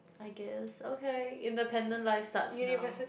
I guess okay independent life starts now